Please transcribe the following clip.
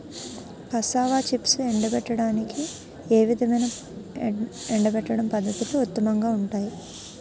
Cassava చిప్స్ను ఎండబెట్టడానికి ఏ విధమైన ఎండబెట్టడం పద్ధతులు ఉత్తమంగా ఉంటాయి?